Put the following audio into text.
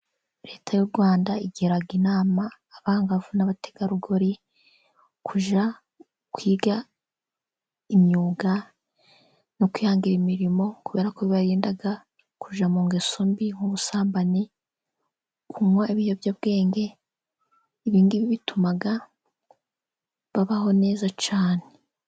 Leta y'u Rwanda igira inama abangavu n'abategarugori kujya kwiga imyuga no kwihangira imirimo, kuberako bibarinda kujya mu ngeso mbi nk'ubusambanyi, kunywa ibiyobyabwenge, ibingibi bituma babaho neza cyane.